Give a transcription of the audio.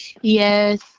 Yes